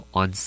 on